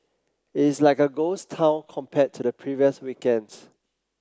it is like a ghost town compared to the previous weekends